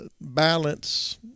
balance